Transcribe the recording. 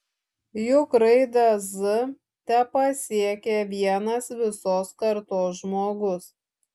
juk raidę z tepasiekia vienas visos kartos žmogus